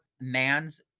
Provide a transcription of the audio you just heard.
man's